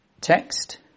text